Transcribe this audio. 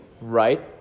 right